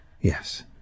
Yes